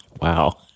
Wow